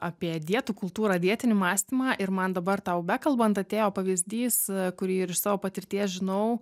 apie dietų kultūrą dietinį mąstymą ir man dabar tau bekalbant atėjo pavyzdys kurį ir iš savo patirties žinau